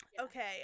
Okay